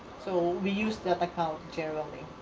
so we use that account, generally.